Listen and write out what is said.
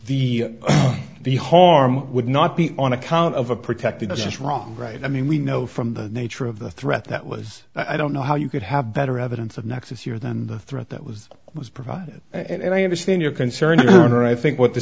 the the harm would not be on account of a protected that's just wrong right i mean we know from the nature of the threat that was i don't know how you could have better evidence of next year than the threat that was was provided and i understand your concern or i think what the